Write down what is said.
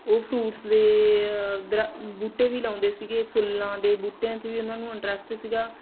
ਉਹ ਫਰੂਟਸ ਦੇ ਦਰੱ ਬੂਟੇ ਵੀ ਲਗਾਉਂਦੇ ਸੀਗੇ ਫੁੱਲਾਂ ਦੇ ਬੂਟਿਆਂ 'ਚ ਵੀ ਉਹਨਾਂ ਨੂੰ ਇੰਟਰਸਟ ਸੀਗਾ